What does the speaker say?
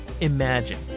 Imagine